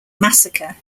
massacre